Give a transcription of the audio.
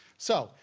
so,